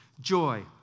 Joy